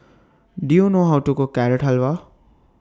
Do YOU know How to Cook Carrot Halwa